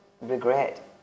regret